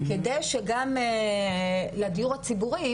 כדי שגם לדיור הציבורי,